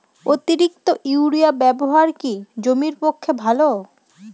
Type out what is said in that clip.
অতিরিক্ত ইউরিয়া ব্যবহার কি জমির পক্ষে ভালো?